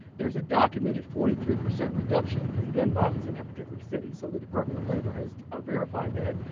there is a documented forty three percent reduction in gun violence in that particular city. so the department of labor has ah verified that.